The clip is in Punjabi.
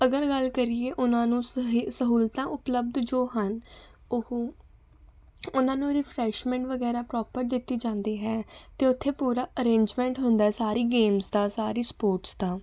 ਅਗਰ ਗੱਲ ਕਰੀਏ ਉਹਨਾਂ ਨੂੰ ਸਹੀਲ ਸਹੂਲਤਾਂ ਉਪਲਬਧ ਜੋ ਹਨ ਉਹ ਉਹਨਾਂ ਨੂੰ ਰਿਫਰੈਸ਼ਮੈਂਟ ਵਗੈਰਾ ਪ੍ਰੋਪਰ ਦਿੱਤੀ ਜਾਂਦੀ ਹੈ ਅਤੇ ਉੱਥੇ ਪੂਰਾ ਅਰੇਂਜਮੈਂਟ ਹੁੰਦਾ ਸਾਰੀ ਗੇਮਸ ਦਾ ਸਾਰੀ ਸਪੋਰਟਸ ਦਾ